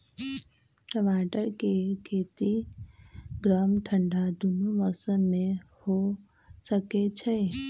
टमाटर के खेती गर्म ठंडा दूनो मौसम में हो सकै छइ